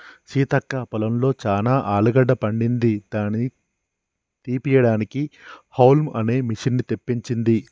సీతక్క పొలంలో చానా ఆలుగడ్డ పండింది దాని తీపియడానికి హౌల్మ్ అనే మిషిన్ని తెప్పించింది